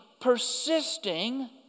persisting